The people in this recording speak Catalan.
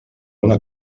una